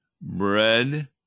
bread